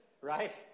right